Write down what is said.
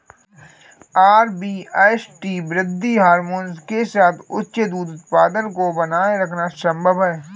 RBST वृद्धि hormone के साथ उच्च दूध उत्पादन को बनाए रखना संभव है